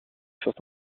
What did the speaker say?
furent